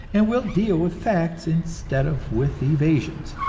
and will deal with facts, instead of with evasions.